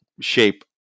shape